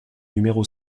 numéro